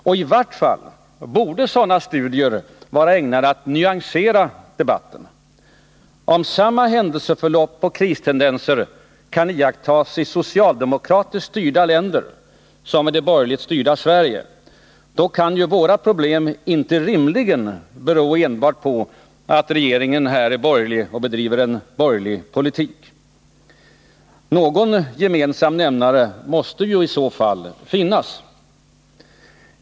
Och i vart fall borde sådana studier vara ägnade att nyansera debatten. Om samma händelseförlopp och kristendenser kan iakttas i socialdemokratiskt styrda länder som i det borgerligt styrda Sverige, kan ju våra problem rimligen inte bero enbart på att regeringen här är borgerlig och bedriver en borgerlig politik. Någon gemensam nämnare måste ju i så fall finnas.